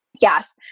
Yes